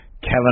Kevin